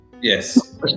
yes